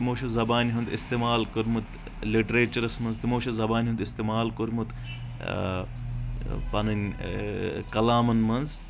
تِمو چھُ زبانہِ ہُنٛد استعمال کوٚرمُت لِٹریچرس منٛز تِمو چھُ زبانہِ ہُنٛد استعمال کوٚرمُت پنٕنۍ کلامن منٛز